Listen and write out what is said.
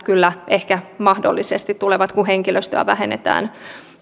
kyllä ehkä mahdollisesti tulevat kun henkilöstöä vähennetään